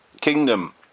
kingdom